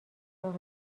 راه